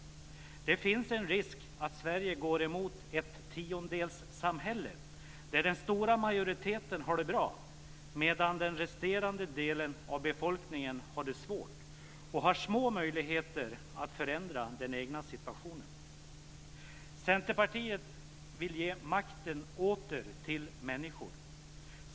Det finns en risk att Sverige går mot ett tiondelssamhälle där den stora majoriteten har det bra medan den resterande delen av befolkningen har det svårt och har små möjligheter att förändra den egna situationen. Centerpartiet vill ge makten åter till människor.